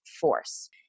force